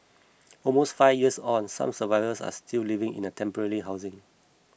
almost five years on some survivors are still living in temporary housing